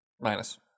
Minus